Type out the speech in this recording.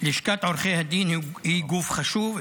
לשכת עורכי הדין היא גוף חשוב.